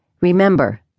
remember